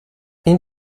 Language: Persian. این